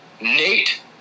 Nate